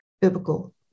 biblical